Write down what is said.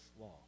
law